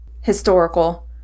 historical